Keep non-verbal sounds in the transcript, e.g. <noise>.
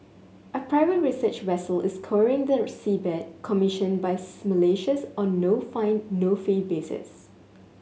a private research vessel is scouring the seabed commissioned by <unintelligible> Malaysians on no find no fee basis